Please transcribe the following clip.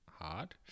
hard